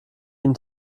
ihm